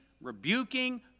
rebuking